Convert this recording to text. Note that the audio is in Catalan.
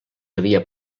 havia